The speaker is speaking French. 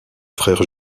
frère